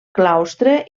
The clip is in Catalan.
claustre